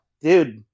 dude